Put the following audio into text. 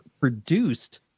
produced